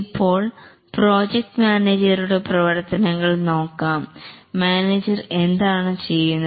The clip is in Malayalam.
ഇപ്പോൾ പ്രോജക്റ്റ് മാനേജരുടെ പ്രവർത്തനങ്ങൾ നോക്കാം മാനേജർ എന്താണ് ചെയ്യുന്നത്